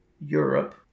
Europe